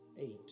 eight